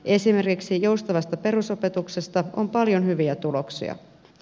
esimerkiksi joustavasta perusopetuksesta on paljon hyviä tuloksia